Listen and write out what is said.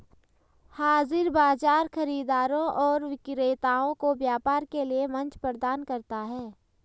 हाज़िर बाजार खरीदारों और विक्रेताओं को व्यापार के लिए मंच प्रदान करता है